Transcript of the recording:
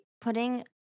putting